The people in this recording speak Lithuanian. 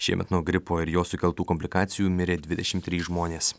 šiemet nuo gripo ir jo sukeltų komplikacijų mirė dvidešimt trys žmonės